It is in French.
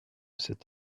cet